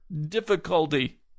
difficulty